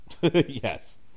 Yes